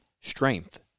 strength